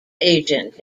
agent